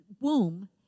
womb